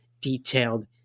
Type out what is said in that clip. detailed